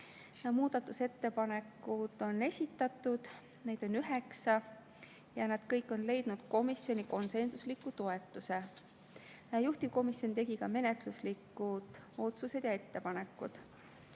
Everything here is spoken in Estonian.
Muudatusettepanekud on esitatud, neid on üheksa ja need kõik on leidnud komisjoni konsensusliku toetuse. Juhtivkomisjon tegi ka menetluslikud otsused ja ettepanekud: